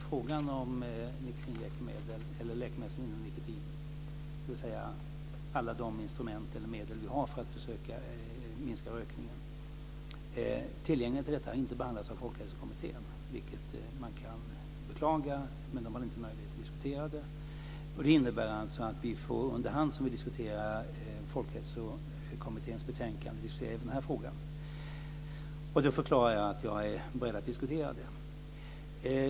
Frågan om tillgängligheten av läkemedel som innehåller nikotin, dvs. alla de instrument eller medel som vi har för att försöka minska rökningen, har inte behandlats av Folkhälsokommittén, vilket man kan beklaga, men den hade inte möjlighet att diskutera det här. Det innebär alltså att vi under hand som vi diskuterar Folkhälsokommitténs betänkande även får diskutera den här frågan. Då förklarar jag att jag är beredd att diskutera det.